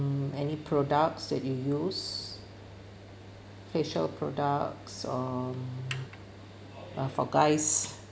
mm any products that you use facial products um uh for guys